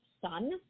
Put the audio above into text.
son